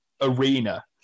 arena